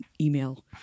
email